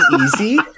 easy